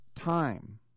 time